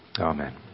Amen